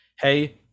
hey